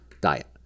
diet